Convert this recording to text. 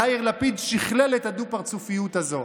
יאיר לפיד שכלל את הדו-פרצופיות הזו: